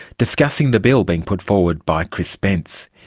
discussing the bill being put forward by chris spence.